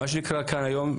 מה שקרה כאן היום,